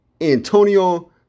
Antonio